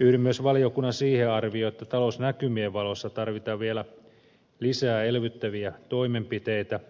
yhdyn myös valiokunnan siihen arvioon että talousnäkymien valossa tarvitaan vielä lisää elvyttäviä toimenpiteitä